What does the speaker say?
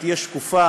שהיא תהיה שקופה,